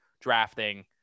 drafting